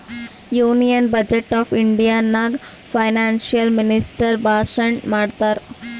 union budget of India ನಾಗ್ financial minister ಭಾಷಣ್ ಮಾಡ್ತಾರ್